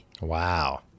Wow